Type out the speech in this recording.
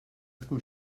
tkun